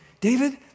David